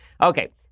Okay